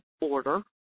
order